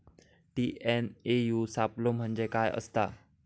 TNAU सापलो म्हणजे काय असतां?